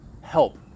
help